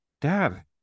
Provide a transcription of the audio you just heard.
Dad